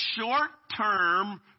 short-term